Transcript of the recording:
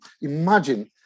Imagine